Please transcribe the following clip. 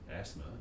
asthma